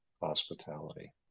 hospitality